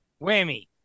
Whammy